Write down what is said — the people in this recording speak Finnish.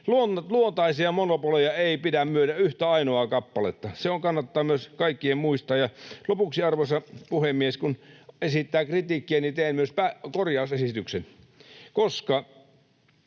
Luontaisia monopoleja ei pidä myydä yhtä ainoaa kappaletta. Se kannattaa kaikkien muistaa. Lopuksi, arvoisa puhemies, kun esittää kritiikkiä, niin teen myös korjausesityksen: Valtion